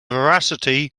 veracity